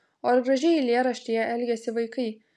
o ar gražiai eilėraštyje elgiasi vaikai